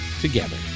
together